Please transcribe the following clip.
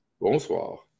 Bonsoir